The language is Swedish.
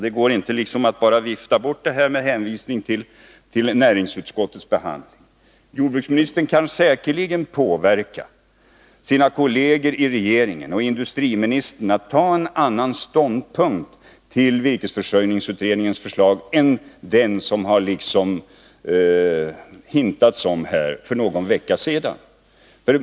Det går liksom inte att bara vifta bort detta med hänvisning till näringsutskottets behandling. Jordbruksministern kan säkerligen påverka sina kolleger i regeringen och industriministern att inta en annan ståndpunkt till virkesförsörjningsutredningens förslag än den som det har ”hintats” om för någon vecka sedan.